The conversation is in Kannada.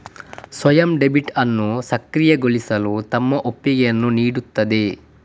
ಸ್ವಯಂ ಡೆಬಿಟ್ ಅನ್ನು ಸಕ್ರಿಯಗೊಳಿಸಲು ತಮ್ಮ ಒಪ್ಪಿಗೆಯನ್ನು ನೀಡುತ್ತದೆ